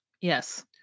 Yes